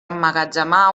emmagatzemar